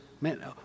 man